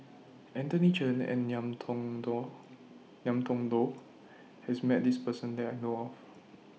Anthony Chen and Ngiam Tong Dow Ngiam Tong Dow has Met This Person that I know of